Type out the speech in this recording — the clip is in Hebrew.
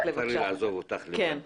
לעזוב אותך לבד בוועדה.